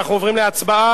אנחנו עוברים להצבעה.